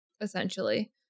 essentially